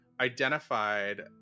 identified